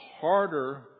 harder